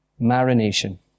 Marination